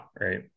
right